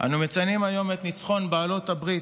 מציינים היום את ניצחון בעלות הברית,